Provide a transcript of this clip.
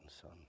son